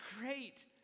great